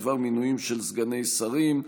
בדבר מינויים של סגני שרים.